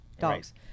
Dogs